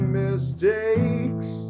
mistakes